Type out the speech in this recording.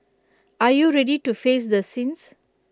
are you ready to face the sins